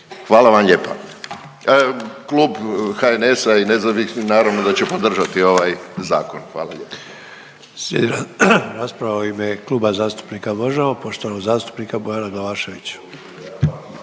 Hvala vam lijepa. Klub HNS-a i nezavisnih naravno da će podržati ovaj zakon. Hvala lijepo. **Sanader, Ante (HDZ)** Slijedi rasprava u ime Kluba zastupnika MOŽEMO, poštovanog zastupnika Bojan Glavašević.